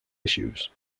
issues